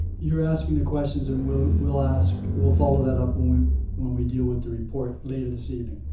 you're asking the questions, and we'll we'll ask, we'll follow that up when we when we deal with the report later this evening.